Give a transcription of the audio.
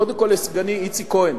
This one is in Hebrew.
קודם כול לסגני, איציק כהן,